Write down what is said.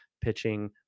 pitching